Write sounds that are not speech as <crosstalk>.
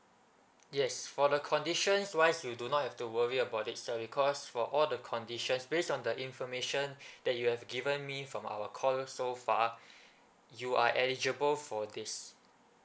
yes for the conditions wise you do not have to worry about it sir because for all the conditions based on the information <breath> that you have given me from our call so far <breath> you are eligible for this